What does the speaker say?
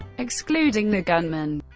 excluding the gunman.